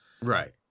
Right